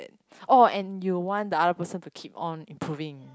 oh and you one the other person to keep on improving